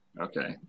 Okay